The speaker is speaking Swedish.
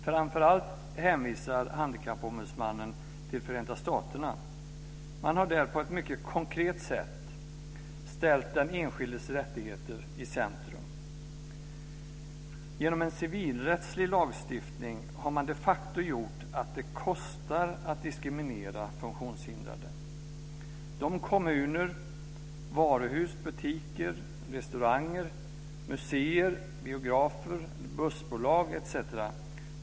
Framför allt hänvisar Handikappombudsmannen till Förenta staterna. Man har där på ett mycket konkret sätt ställt den enskildes rättigheter i centrum. Genom en civilrättslig lagstiftning har man de facto gjort ett det kostar att diskriminera funktionshindrade. De kommuner, varuhus, butiker, restauranger, museer, biografer, bussbolag etc.